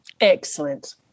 Excellent